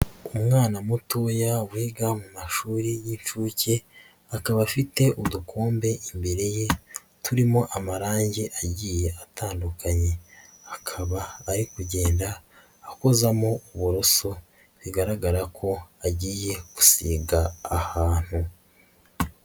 Umwana mutoya wiga mu mashuri y'inshuke, akaba afite udukombe imbere ye, turimo amarangi agiye atandukanye. Akaba ari kugenda akozamo uburoso, bigaragara ko agiye gusiga ahantu.